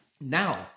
now